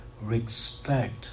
respect